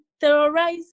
terrorize